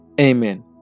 amen